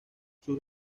sus